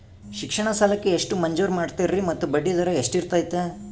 ಶಿಕ್ಷಣ ಸಾಲಕ್ಕೆ ಎಷ್ಟು ಮಂಜೂರು ಮಾಡ್ತೇರಿ ಮತ್ತು ಬಡ್ಡಿದರ ಎಷ್ಟಿರ್ತೈತೆ?